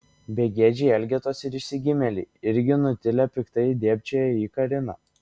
begėdžiai elgetos ir išsigimėliai irgi nutilę piktai dėbčioja į kariną